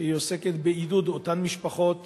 שעוסקת בעידוד אותן משפחות